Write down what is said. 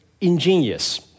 ingenious